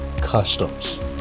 Customs